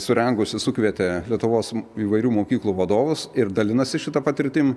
surengusi sukvietė lietuvos įvairių mokyklų vadovus ir dalinasi šita patirtim